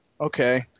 okay